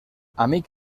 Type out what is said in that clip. amic